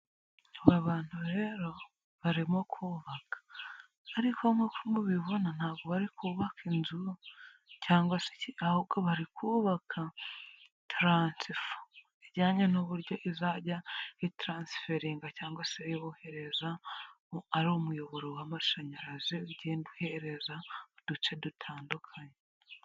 Aba bantu rero barimo kubaka ariko nk'uko mubibona ntabwo bari bubaka inzu cyangwa se ahubwo bari kubaka taransifa zijyanye n'uburyo izajya itaransi feringa cyangwa se iboherezamo ari umuyoboro w'amashanyarazi ugenda uhereza uduce dutandukanye.